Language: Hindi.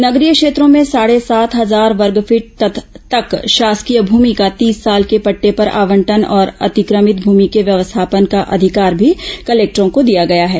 नगरीय क्षेत्रों में साढ़े सात हजार वर्गफीट तक शासकीय भूमि का तीस साल के पट़टे पर आवंटन और अतिक्रमित भूमि के व्यवस्थापन का अधिकार भी कलेक्टरों को दिया गया है